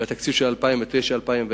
בתקציב של 2009 2010,